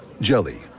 Jelly